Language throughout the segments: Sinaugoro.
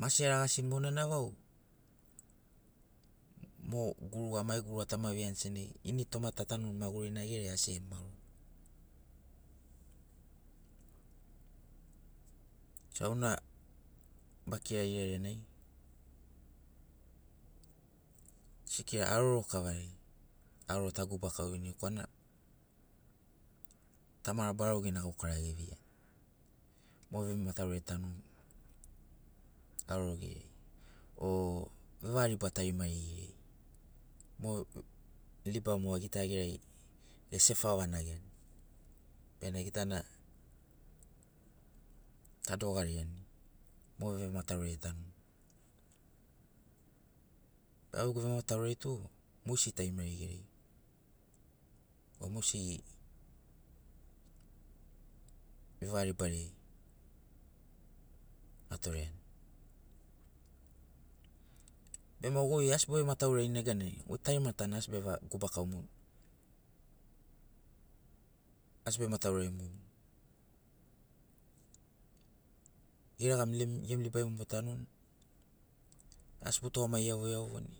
Mase eragasi monana vau mo guruga mai guruga tama veiani senagi initoma ta tanuni magurina geriai asi emauroni sena auna bakiragi ilailanai sikira aroro kavari. aroro ta gubakaurini korana tamara barau gena gaukara geveiani. Mo vemataurai etanuni aroro geriai o vevaga liba tarimari geriai mo liba moga gita gerai ge sefa. vanagiani bena gitana ta dogariani mo vemataurai etanuni au gegu vemataurai tu mogesina tarimari geriai o moesiri vevega libariai atoreani. Bema goi asi bo vematauraini. neganai tarimatana asi be gubakaumuni. asi bema tauraimuni geregamu gemu libai mogo bo tanuni asi bo tugamagi iauvo iauvoni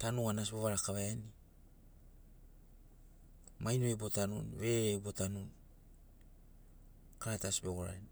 ta nugana asi bovaga lakvaiani maino ai bo. tanuni verere ai botanuni karata asi begorani.